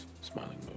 Smiling